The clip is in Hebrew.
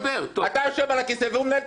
אתה יושב על הכיסא, והוא מנהל את הוועדה.